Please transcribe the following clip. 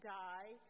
die